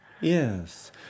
Yes